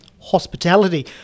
hospitality